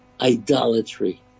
idolatry